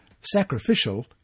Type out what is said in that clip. Sacrificial